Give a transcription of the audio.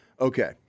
okay